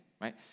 Right